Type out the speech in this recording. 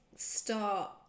Start